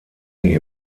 sie